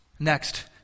Next